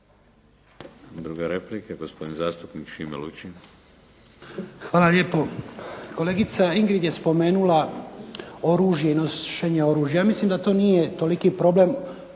Druga replika, gospodin zastupnik Šime Lučin. **Lučin, Šime (SDP)** Hvala lijepo. Kolegica Ingrid je spomenula oružje i nošenje oružja. Ja mislim da to nije toliki problem,